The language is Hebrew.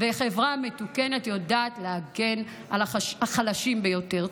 וחברה מתוקנת יודעת להגן על החלשים ביותר.